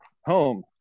home